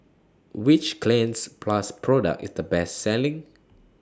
Which Cleanz Plus Product IS The Best Selling